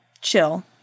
chill